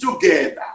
together